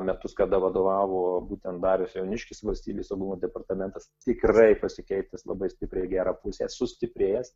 metus kada vadovavo būtent darius jauniškis valstybės saugumo departamentas tikrai pasikeitęs labai stipriai gera pusė sustiprėjęs